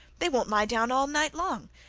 they won't lie down all night long,